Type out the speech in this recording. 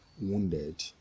wounded